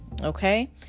Okay